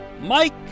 Mike